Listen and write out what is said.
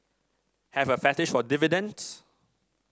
have a fetish for dividends